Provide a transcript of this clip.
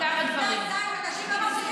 בכיתה ז' אנשים לא מפסיקים להיות רעבים,